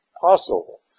possible